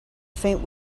faint